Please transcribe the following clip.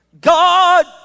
God